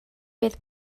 fydd